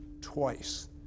twice